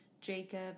jacob